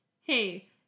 hey